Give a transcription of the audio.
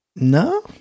No